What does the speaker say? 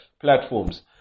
platforms